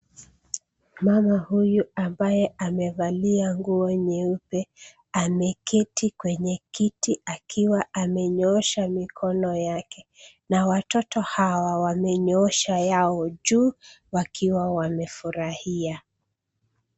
Mama huyu ambaye amevalia nguo nyeupe ameketi kwenye kiti akiwa amenyooosha mikono yake na watoto hawa wamenyoosha yao juu wakiwa wamefurahia.